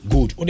Good